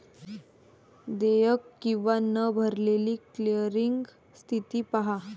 देयक किंवा न भरलेली क्लिअरिंग स्थिती पहा